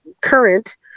current